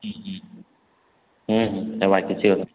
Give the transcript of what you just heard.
ହୁଁ ହୁଁ ନେବା କିଛି